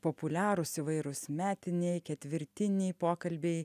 populiarūs įvairūs metiniai ketvirtiniai pokalbiai